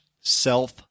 self